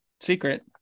Secret